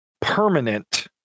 permanent